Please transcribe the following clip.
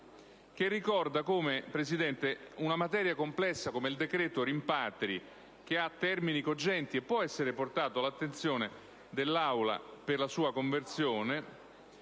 ha ricordato come una materia complessa come quella di cui al decreto rimpatri, che ha termini cogenti e può essere portato all'attenzione dell'Aula per la sua conversione,